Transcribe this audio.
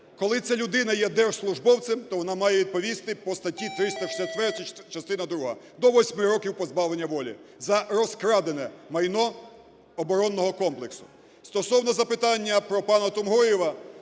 коли ця людина є держслужбовцем, то вона має відповісти по статті 364 частина друга – до 8 років позбавлення волі за розкрадене майно оборонного комплексу. Стосовно запитання про пана Тумгоєва,